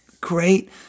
great